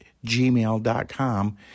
gmail.com